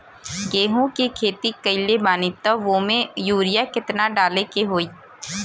गेहूं के खेती कइले बानी त वो में युरिया केतना डाले के होई?